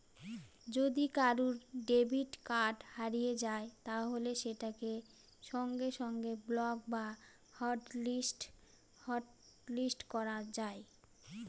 যদি কারুর debit card হারিয়ে যায় তাহলে সেটাকে সঙ্গে সঙ্গে ব্লক বা হটলিস্ট করা যায়